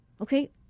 okay